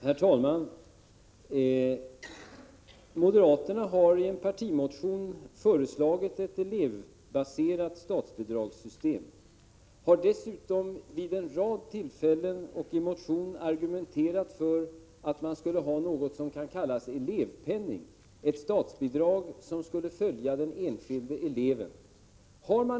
Herr talman! Moderaterna har i en partimotion föreslagit ett elevbaserat statsbidragssystem och har dessutom vid en rad tillfällen samt i en motion argumenterat för ett slags elevpenning, ett statsbidrag som skulle följa den enskilde eleven.